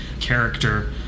character